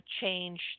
change